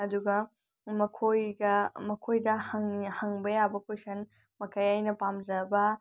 ꯑꯗꯨꯒ ꯃꯈꯣꯏꯒ ꯃꯈꯣꯏꯗ ꯍꯪꯕ ꯌꯥꯕ ꯀꯣꯏꯁꯟ ꯃꯈꯩ ꯑꯩꯅ ꯄꯥꯝꯖꯕ